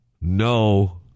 No